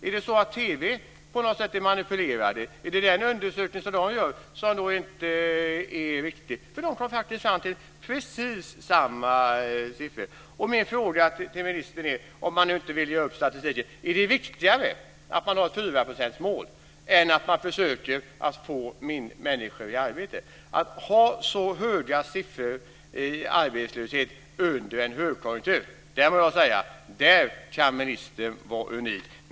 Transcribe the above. Är det så att TV:s uppgifter på något sätt är manipulerade? Eller är det den undersökning som man gjorde där som inte är riktig? För man kom faktiskt fram till precis samma siffror. Min fråga till ministern är, om man nu inte vill ge upp statistiken: Är det viktigare att man har ett fyraprocentsmål än att man försöker att få människor i arbete? Att ha så höga siffror i arbetslöshet under en högkonjunktur, det må jag säga: Där kan ministern vara unik.